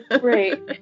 Right